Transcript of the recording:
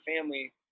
family